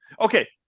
Okay